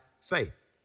faith